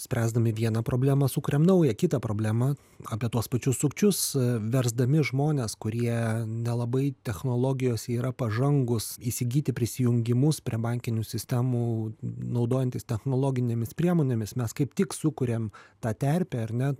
spręsdami vieną problemą sukuriam naują kitą problemą apie tuos pačius sukčius versdami žmones kurie nelabai technologijose yra pažangūs įsigyti prisijungimus prie bankinių sistemų naudojantis technologinėmis priemonėmis mes kaip tik sukuriam tą terpę ar ne